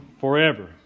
forever